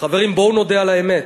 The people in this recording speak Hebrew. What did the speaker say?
חברים, בואו נודה על האמת,